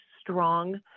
strong